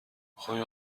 rue